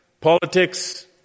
politics